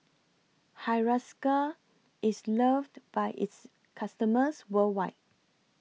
Hiruscar IS loved By its customers worldwide